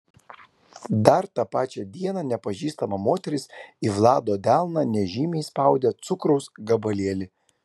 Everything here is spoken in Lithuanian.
dar tą pačią dieną nepažįstama moteris į vlado delną nežymiai įspaudė cukraus gabalėlį